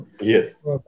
Yes